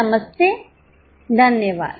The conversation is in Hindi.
नमस्ते धन्यवाद